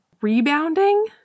rebounding